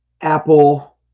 apple